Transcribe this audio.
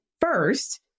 first